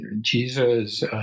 Jesus